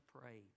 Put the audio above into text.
pray